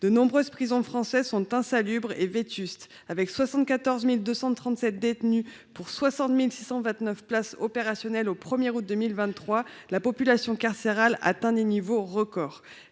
de nombreuses prisons françaises sont insalubres et vétustes. Avec 74 237 détenus pour 60 629 places opérationnelles au 1 août 2023, la population carcérale atteint des niveaux records.